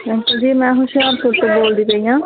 uncle ji ਮੈਂ ਹੁਸ਼ਿਆਰਪੁਰ ਤੋਂ ਬੋਲਦੀ ਪਈ ਹਾਂ